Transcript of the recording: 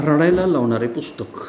रडायला लावणारे पुस्तक